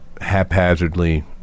haphazardly